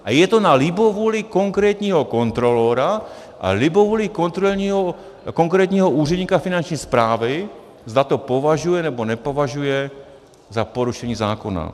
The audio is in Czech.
A je to na libovůli konkrétního kontrolora a libovůli konkrétního úředníka Finanční správy, zda to považuje, nebo nepovažuje za porušení zákona.